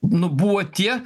nu buvo tie